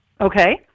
Okay